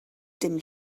dim